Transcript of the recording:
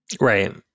Right